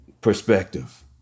perspective